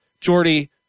Jordy